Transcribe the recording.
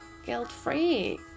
guilt-free